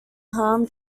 palm